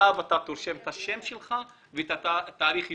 ועליו אתה רושם את השם שלך ואת תאריך הייצור,